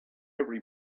every